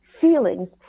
feelings